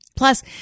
Plus